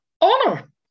honor